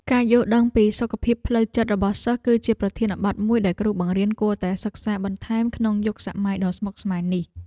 ការយល់ដឹងពីសុខភាពផ្លូវចិត្តរបស់សិស្សគឺជាប្រធានបទមួយដែលគ្រូបង្រៀនគួរតែសិក្សាបន្ថែមក្នុងយុគសម័យដ៏ស្មុគស្មាញនេះ។